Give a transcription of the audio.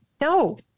No